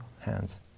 hands